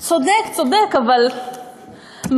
צודק, צודק, אבל מה?